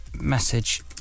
message